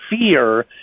fear